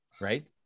Right